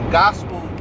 gospel